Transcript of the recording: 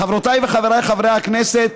חברותיי וחבריי חברי הכנסת,